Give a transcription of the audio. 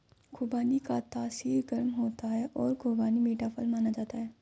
खुबानी का तासीर गर्म होता है और खुबानी मीठा फल माना जाता है